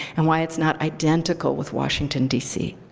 and why it's not identical with washington, dc.